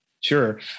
Sure